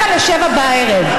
18:45,